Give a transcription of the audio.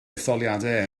etholiadau